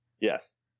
Yes